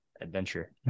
adventure